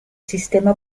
sistema